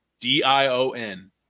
D-I-O-N